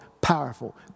powerful